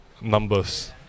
numbers